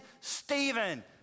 Stephen